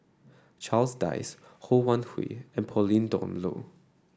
Charles Dyce Ho Wan Hui and Pauline Dawn Loh